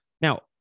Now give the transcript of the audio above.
Now